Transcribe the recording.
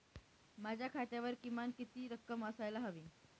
माझ्या खात्यावर किमान किती रक्कम असायला हवी?